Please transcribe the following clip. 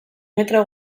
metro